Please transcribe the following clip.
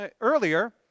earlier